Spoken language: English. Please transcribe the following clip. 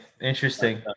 Interesting